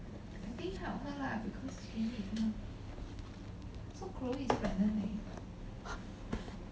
please help me lah because you kingdom so crow is pregnant